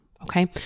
Okay